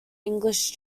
english